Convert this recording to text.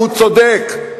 והוא צודק,